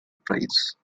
price